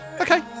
Okay